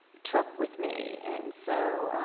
took with me. and so